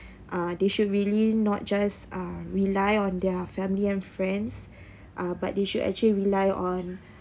uh they should really not just uh rely on their family and friends uh but they should actually rely on